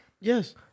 Yes